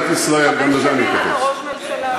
חמש שנים אתה ראש ממשלה.